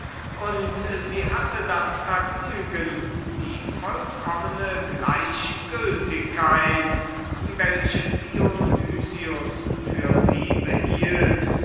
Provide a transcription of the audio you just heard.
und sie hatte das vergnügen die vollkommne gleichgültigkeit welche dionys für sie behielt